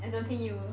I don't think you